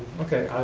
okay,